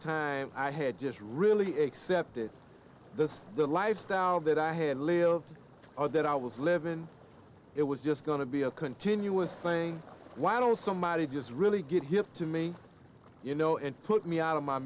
time i had just really excepted this the lifestyle that i had lived all that i was live and it was just going to be a continuous play while somebody just really get hip to me you know and put me out of my